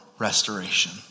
restoration